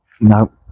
no